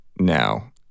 now